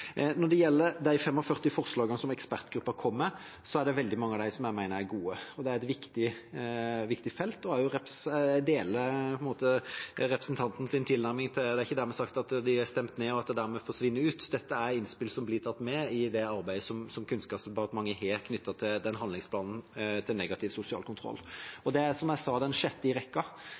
Når det gjelder de 45 forslagene som ekspertgruppen kom med, er det veldig mange av dem jeg mener er gode. Det er et viktig felt, og jeg deler representantens tilnærming – det er ikke sagt at fordi det er stemt ned, forsvinner det dermed ut. Dette er innspill som blir tatt med i det arbeidet som Kunnskapsdepartementet har knyttet til handlingsplanen mot negativ sosial kontroll. Det er, som jeg sa, den sjette i rekken,